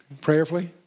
prayerfully